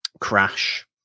crash